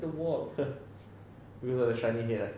because of the shiny head ah